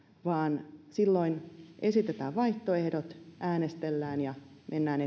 vaan silloin esitetään vaihtoehdot äänestellään ja mennään